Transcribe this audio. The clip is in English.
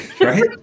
Right